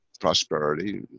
prosperity